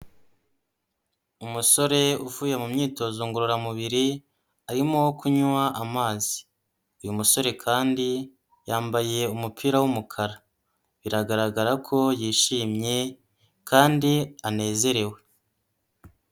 Umusore uvuye mu myitozo ngororamubiri, arimo kunywa amazi. Uyu musore kandi yambaye umupira w'umukara. Biragaragara ko yishimye kandi anezerewe.